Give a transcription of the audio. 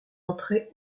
entrée